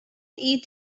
eat